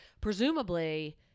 presumably